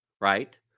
right